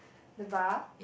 the bar